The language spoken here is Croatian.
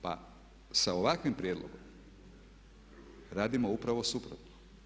Pa sa ovakvim prijedlogom radimo upravo suprotno.